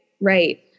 Right